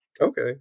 Okay